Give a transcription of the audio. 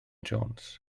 jones